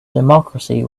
democracy